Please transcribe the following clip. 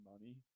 money